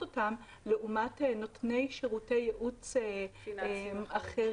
אותם לעומת נותני שירותי ייעוץ אחרים,